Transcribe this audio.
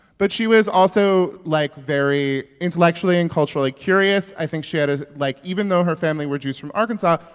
but she was also, like, very intellectually and culturally curious. i think she had ah like, even though her family were jews from arkansas,